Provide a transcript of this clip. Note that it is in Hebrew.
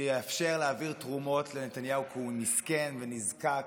שיאפשר להעביר תרומות לנתניהו, והוא מסכן ונזקק,